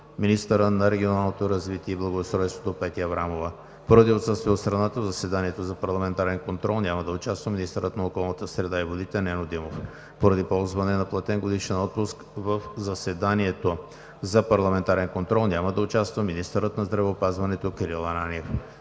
министъра на регионалното развитие и благоустройството Петя Аврамова. Поради отсъствие от страната в заседанието за парламентарен контрол няма да участва министърът на околната среда и водите Нено Димов. Поради ползване на платен годишен отпуск в заседанието за парламентарен контрол няма да участва министърът на здравеопазването Кирил Ананиев.